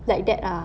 like that ah